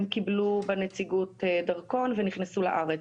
הם קיבלו בנציגות דרכון ונכנסו לארץ.